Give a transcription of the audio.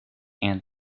and